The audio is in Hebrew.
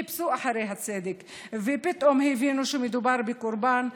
חיפשו אחרי הצדק ופתאום הבינו שמדובר בקורבן,